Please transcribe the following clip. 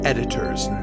Editor's